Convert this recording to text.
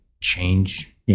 change